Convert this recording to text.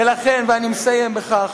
לכן, ואני מסיים בכך,